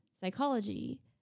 psychology